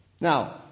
Now